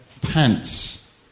pants